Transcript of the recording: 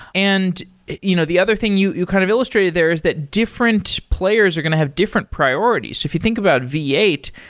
and you know the other thing you you kind of illustrated there is that different players are going to have different priorities. if you think about v eight,